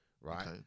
right